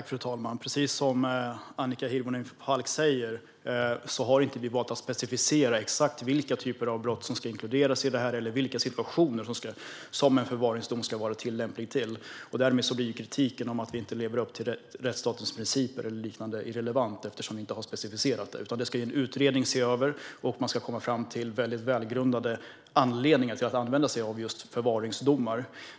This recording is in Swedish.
Fru talman! Precis som Annika Hirvonen Falk säger har vi inte valt att specificera exakt vilka typer av brott som ska inkluderas i det här eller i vilka situationer en förvaringsdom ska vara tillämplig. Eftersom vi inte har specificerat det blir kritiken om att vi inte lever upp till rättsstatens principer eller liknande irrelevant. En utredning ska se över detta, och man ska komma fram till väldigt välgrundade anledningar till att använda sig av just förvaringsdomar.